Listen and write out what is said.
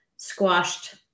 squashed